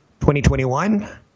2021